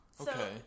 Okay